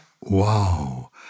Wow